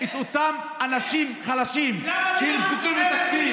המצב לאותם אנשים חלשים שהיו זקוקים לתקציב.